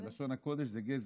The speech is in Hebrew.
בלשון הקודש זה גזל,